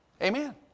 Amen